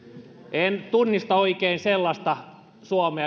en oikein tunnista sellaista suomea